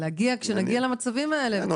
כשנגיע למצבים האלה, צריך לראות.